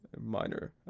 minor.